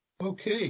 Okay